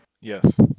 Yes